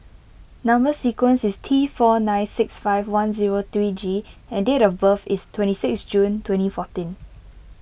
Number Sequence is T four nine six five one zero three G and date of birth is twenty six June twenty fourteen